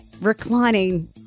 reclining